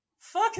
fuck